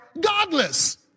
godless